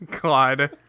God